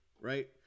right